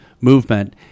movement